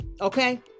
Okay